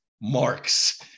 Mark's